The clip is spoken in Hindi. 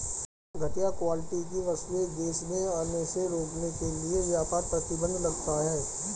घटिया क्वालिटी की वस्तुएं देश में आने से रोकने के लिए व्यापार प्रतिबंध लगता है